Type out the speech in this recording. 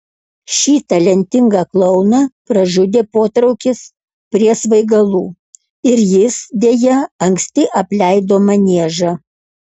šį talentingą klouną pražudė potraukis prie svaigalų ir jis deja anksti apleido maniežą